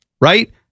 right